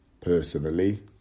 personally